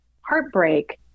heartbreak